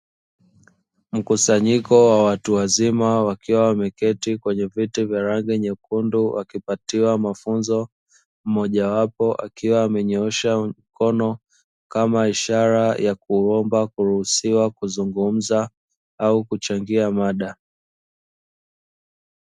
Mkusanyiko wa watu wazima, wakiwa wameketi kwenye viti vya rangi nyekundu, wakipatiwa mafunzo. Mmoja wapo akiwa amenyoosha mkono, kama ishara ya kuomba kuruhusiwa kuzungumza au kuchangia maada.